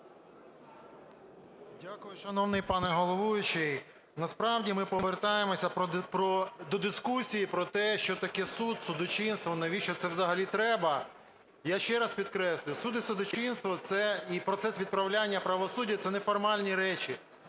Дякую, шановний пане головуючий. Насправді ми повертаємося до дискусії про те, що таке суд, судочинство, навіщо це взагалі треба. Я ще раз підкреслюю, суд і судочинство, і процес відправлення правосуддя – це не формальні речі.